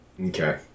Okay